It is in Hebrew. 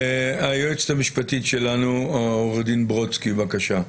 היועצת המשפטית שלנו, עו"ד ברודסקי, בבקשה.